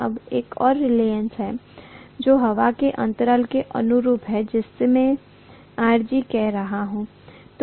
अब एक और रीलक्टन्स है जो हवा के अंतराल के अनुरूप है जिसे मैं Rg कह सकता हूं